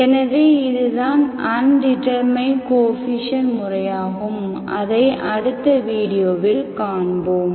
எனவே இதுதான் undetermined coefficient முறையாகும் அதை அடுத்த வீடியோவில் காண்போம்